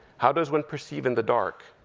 how does one perceive in the dark?